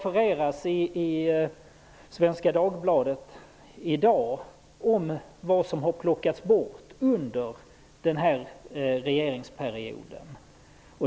I Svenska Dagbladet refereras i dag vad som har plockats bort under den här regeringsperioden.